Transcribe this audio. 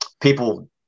People